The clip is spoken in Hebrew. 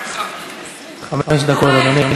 חמש דקות, אדוני,